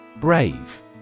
Brave